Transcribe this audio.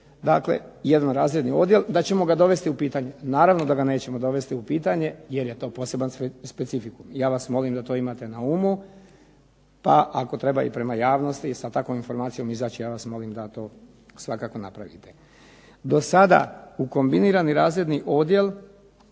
dakle jedno razredni odjel da ćemo ga dovesti u pitanje. Naravno da ga nećemo dovesti u pitanje jer je to poseban specifikum i ja vas molim da to imate na umu, pa ako treba i prema javnosti i sa takvom informacijom izaći. Ja vas molim da to svakako napravite. Do sada u kombinirani razredni odjel